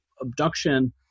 abduction